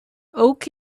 oak